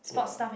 yeah